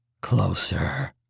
closer